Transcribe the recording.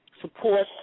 support